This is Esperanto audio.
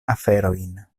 aferojn